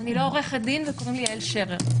אני לא עורכת דין, וקוראים לי יעל שרר.